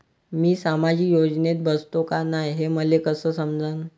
मी सामाजिक योजनेत बसतो का नाय, हे मले कस समजन?